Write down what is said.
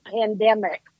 pandemic